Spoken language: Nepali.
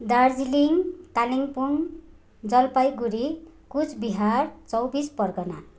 दार्जिलिङ कालिम्पोङ जलपाइगुडी कुचबिहार चौबिस परगना